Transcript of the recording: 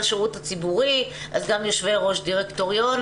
השירות הציבורי אז גם יושבי ראש דירקטוריונים,